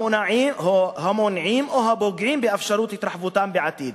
המונעים או הפוגעים באפשרות התרחבותם בעתיד.